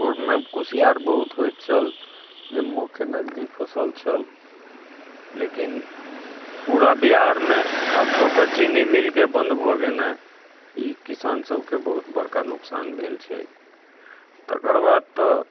पूर्वमे कुसियार बहुत होइत छल जे मुख्य नकदी फसल छल लेकिन पूरा बिहारमे खास कऽ कऽ चीनी मिलके बन्द भऽ गेने ई किसान सभके बहुत बड़का नोकसान भेल छै तकर बाद तऽ